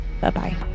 Bye-bye